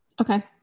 Okay